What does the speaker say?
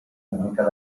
indica